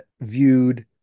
viewed